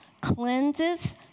cleanses